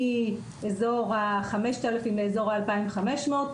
מאזור ה-5,000 לאזור ה-2,500.